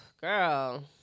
Girl